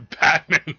Batman